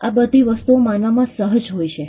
આ બધી વસ્તુઓ માનવમાં સહજ હોય છે